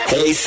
Hey